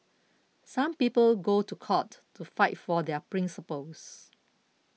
some people go to court to fight for their principles